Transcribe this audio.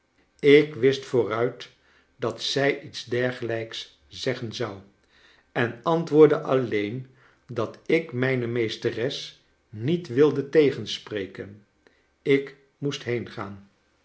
ik wist vooruit dat zij iets dergelijks zeggen zou en antwoordde alleen dat ik mijne meesteres niet wilde tegenspreken ik moest heengaan